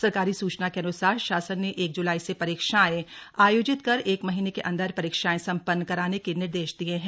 सरकारी सूचना के अन्सार शासन ने एक ज्लाई से परीक्षाएं आयोजित कर एक महीने के अंदर परीक्षाएं संपन्न कराने के निर्देश दिये हैं